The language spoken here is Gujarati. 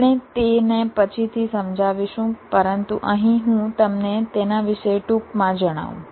આપણે તેને પછીથી સમજાવીશું પરંતુ અહીં હું તમને તેના વિશે ટૂંકમાં જણાવું